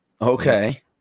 okay